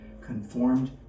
conformed